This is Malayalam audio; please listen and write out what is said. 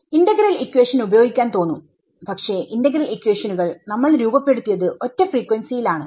ഇന്റഗ്രൽ ഇക്വേഷൻഉപയോഗിക്കാൻ തോന്നും പക്ഷെ ഇന്റഗ്രൽ ഇക്വേഷനുകൾ നമ്മൾ രൂപപ്പെടുത്തിയത് ഒറ്റ ഫ്രീക്വൻസിയിൽ ആണ്